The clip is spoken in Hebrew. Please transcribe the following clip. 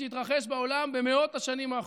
שהתרחש בעולם במאות השנים האחרונות.